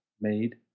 made